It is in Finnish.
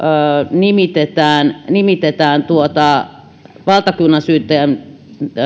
nimitetään nimitetään valtakunnansyyttäjän